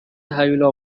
هیولا